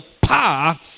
power